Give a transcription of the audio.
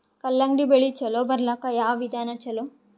ಕಲ್ಲಂಗಡಿ ಬೆಳಿ ಚಲೋ ಬರಲಾಕ ಯಾವ ವಿಧಾನ ಚಲೋ?